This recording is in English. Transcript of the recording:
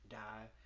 die